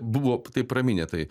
buvo taip praminę tai